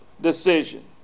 decision